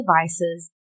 devices